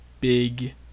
big